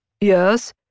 Yes